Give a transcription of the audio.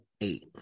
eight